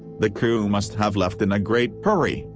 the crew must have left in a great hurry,